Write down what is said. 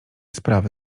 sprawy